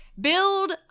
build